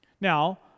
Now